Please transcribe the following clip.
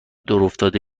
دورافتاده